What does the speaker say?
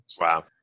Wow